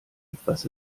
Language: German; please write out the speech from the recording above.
etwas